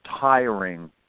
tiring